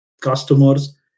customers